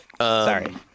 Sorry